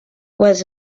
was